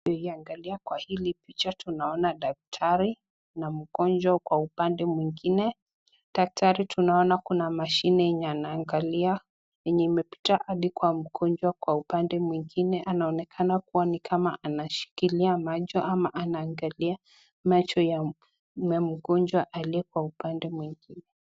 Tukiangalia kwa hili picha tunaona daktari na mgonjwa kwa upande mwengine. Daktari tunaona kuna mashini yenye anaangalia yenye imepita hadi kwa mgonjwa kwa upande mwengine. Anaonekana kuwa nikama anashikilia macho ama anaangalia macho ya mgonjwa aliye kwa upande mwingine.